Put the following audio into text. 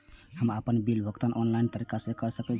हम आपन बिल के भुगतान ऑनलाइन तरीका से कर सके छी?